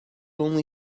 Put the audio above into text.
only